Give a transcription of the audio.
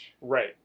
Right